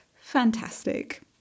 fantastic